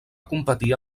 competir